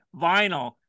vinyl